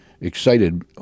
excited